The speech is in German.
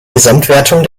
gesamtwertung